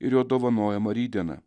ir jo dovanojama rytdiena